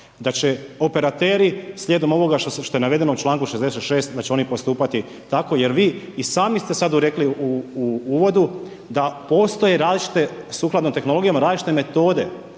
da će operateri slijedom ovoga što je navedeno u članku 66. da će oni postupati tako jer vi i sami ste sad rekli u uvodu da postoje različite sukladno tehnologijama, različite metode,